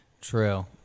true